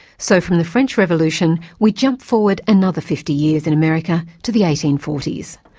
so from the french revolution, we jump forward another fifty years in america to the eighteen forty s.